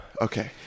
okay